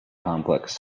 complex